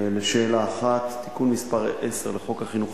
לשאלה 1: תיקון מס' 10 לחוק החינוך